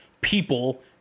people